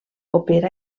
opera